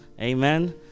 Amen